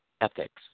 ethics